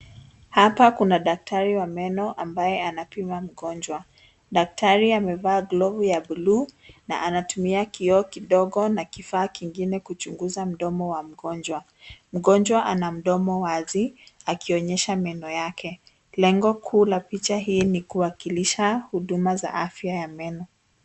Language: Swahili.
Hapa kuna daktari wa meno ambaye anapima mgonjwa. Daktari amevaa glovu ya buluu na anatumia kioo kidogo na kifaa kingine kuchunguza mdomo wa mgonjwa, mgonjwa ana mdomo wazi akionyesha meno yake, lengo kuu la picha hii ni kuwakilisha huduma za afya ya meno.